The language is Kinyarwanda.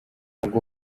ngo